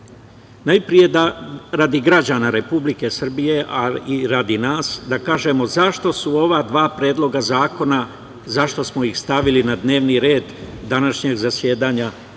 radi građana Republike Srbije, a i radi nas da kažemo zašto smo ova dva predloga zakona stavili na dnevni red današnjeg zasedanja